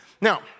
Now